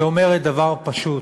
שאומרת דבר פשוט: